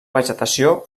vegetació